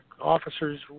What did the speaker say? officers